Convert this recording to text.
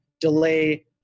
delay